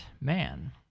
man